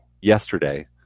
yesterday